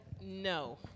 No